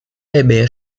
bebê